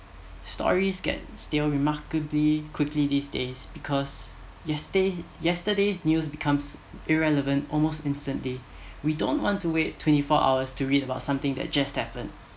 stories get stale remarkably quickly these days because yesterday yesterday's news become irrelevant almost instantly we don't want to wait twenty four hours to read about something that just happened